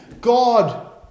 God